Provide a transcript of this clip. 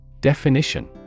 Definition